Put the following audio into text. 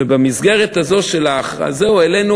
ובמסגרת הזאת העלינו